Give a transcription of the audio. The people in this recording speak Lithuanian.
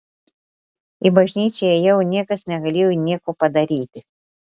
į bažnyčią ėjau niekas negalėjo nieko padaryti